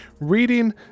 reading